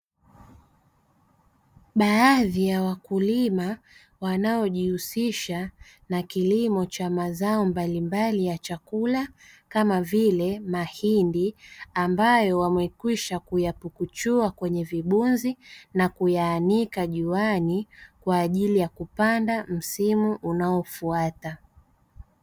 Baadhi ya wakulima wanaojihusisha na kilimo cha mazao mbalimbali ya chakula kama vile mahindi, ambayo wamekwisha kuya pukuchua kwenye vibunzi na kuyaanika juani, kwa ajili ya kupanda msimu unaofuata.